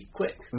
quick